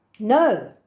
No